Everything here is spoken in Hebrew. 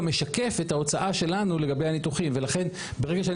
משקף את ההוצאה שלנו לגבי הניתוחים ולכן ברגע שאני